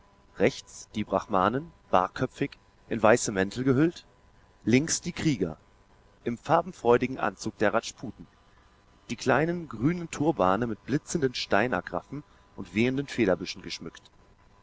rechts die brahmanen barköpfig in weiße mäntel gehüllt links die krieger im farbenfreudigen anzug der rajputen die kleinen grünen turbane mit blitzenden steinagraffen und wehenden federbüschen geschmückt